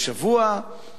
אנחנו מופתעים.